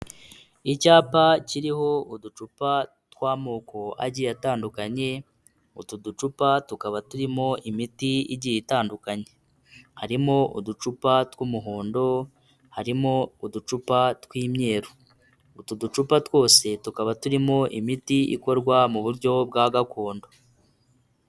Icyapa kiriho uducupa tw'amoko agiye atandukanye, utu ducupa tukaba turimo imiti igiye itandukanye, harimo uducupa tw'umuhondo, harimo uducupa tw'imyeru. Utu ducupa twose tukaba turimo imiti ikorwa mu buryo bwa gakondo.